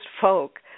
folk